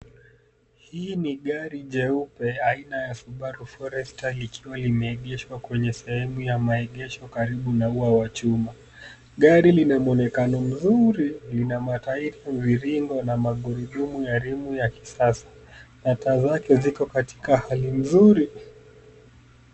Hii ni gari jeupe aina ya Subaru Forester likiwa limeegeshwa kwenye sehemu ya maegesho karibu na ua wa chuma. Gari lina mwonekano mzuri. Lina matairi mviringo na magurudumu ya rimu ya kisasa na taa zake ziko katika hali mzuri.